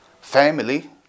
family